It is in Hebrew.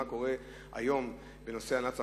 מה קורה היום בנושא הלנת שכר?